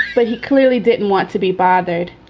but he clearly didn't want to be bothered.